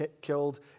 killed